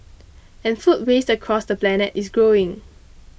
and food waste across the planet is growing